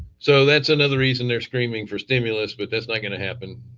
so that's another reason they're screaming for stimulus but that's not going to happen,